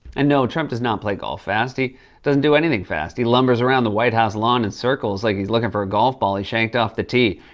and, no, trump does not play golf fast. he doesn't do anything fast. he lumbers around the white house lawn in circles like he's lookin' for a golf ball he shanked off the tee.